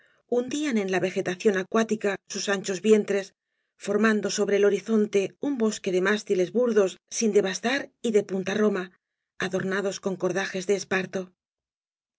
de arroz hundían en la vegetación acuática nxxn anchos vientres formando sobre el horizonte un bosque de mástiles burdos sin desbastar y de punta roma adornados con cordajes de esparto